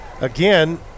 again